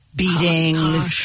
beatings